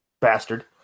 bastard